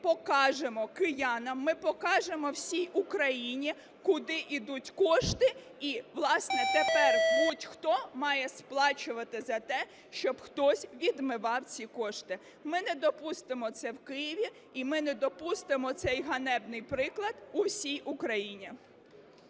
покажемо киянам, ми покажемо всій Україні, куди йдуть кошти, і, власне, тепер будь-хто має сплачувати за те, щоб хтось відмивав ці кошти. Ми не допустимо це в Києві. І ми не допустимо цей ганебний приклад у всій Україні.